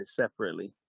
separately